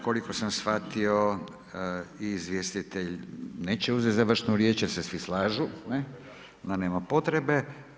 Koliko sam shvatio izvjestitelj neće uzeti završnu riječ jer se svi slažu, da nema potrebe.